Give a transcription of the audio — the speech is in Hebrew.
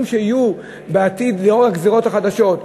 שיהיו בעתיד לנוכח הגזירות החדשות.